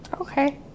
Okay